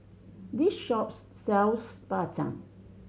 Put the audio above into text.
this shop sells Bak Chang